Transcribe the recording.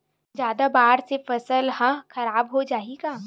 जादा बाढ़ से फसल ह खराब हो जाहि का?